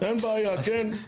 אין בעיה, כן.